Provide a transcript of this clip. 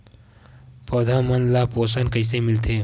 पौधा मन ला पोषण कइसे मिलथे?